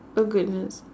oh goodness